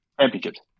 Championships